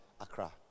Accra